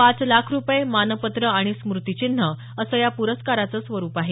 पाच लाख रुपये मानपत्र आणि स्मृतीचिन्ह असं या प्रस्काराचं स्वरूप आहे